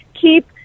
keep